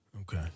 Okay